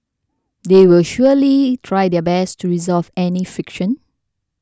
they will surely try their best to resolve any friction